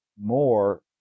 more